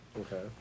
Okay